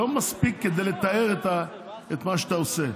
לא מספיק כדי לתאר את מה שאתה עושה.